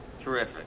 Terrific